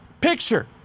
picture